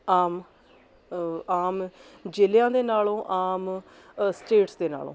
ਆਮ ਆਮ ਜ਼ਿਲ੍ਹਿਆਂ ਦੇ ਨਾਲੋਂ ਆਮ ਸਟੇਟਸ ਦੇ ਨਾਲੋਂ